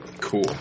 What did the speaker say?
Cool